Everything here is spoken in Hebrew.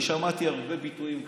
אני שמעתי הרבה ביטויים כאן,